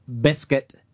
biscuit